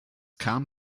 kam